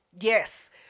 Yes